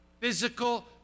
physical